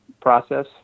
process